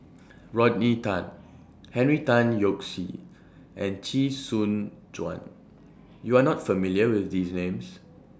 Rodney Tan Henry Tan Yoke See and Chee Soon Juan YOU Are not familiar with These Names